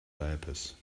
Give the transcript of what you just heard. diapers